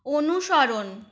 অনুসরণ